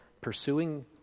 Pursuing